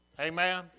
Amen